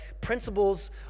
principles